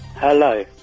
Hello